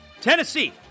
Tennessee